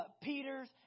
Peter's